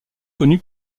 connu